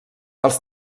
els